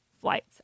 flights